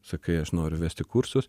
sakai aš noriu vesti kursus